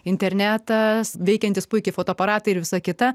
internetas veikiantis puikiai fotoaparatai ir visa kita